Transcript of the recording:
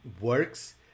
works